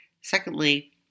Secondly